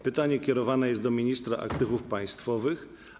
Pytanie kierowane jest do ministra aktywów państwowych.